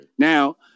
Now